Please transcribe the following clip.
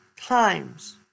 times